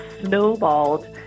snowballed